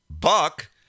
Buck